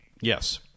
Yes